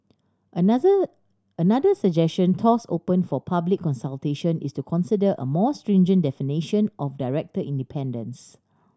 another another suggestion toss open for public consultation is to consider a more stringent definition of director independence